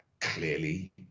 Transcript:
clearly